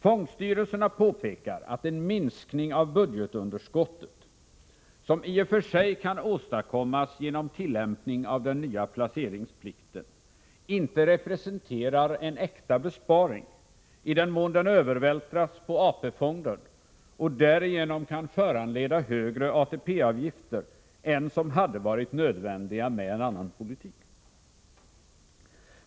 Fondstyrelserna påpekar att en minskning av budgetunderskottet, som i och för sig kan åstadkommas genom tillämpning av den nya placeringsplikten, inte representerar en äkta besparing i den mån den övervältras på AP-fonden och därigenom kan föranleda högre ATP-avgifter än de som hade varit nödvändiga med en annan politik.